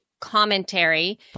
commentary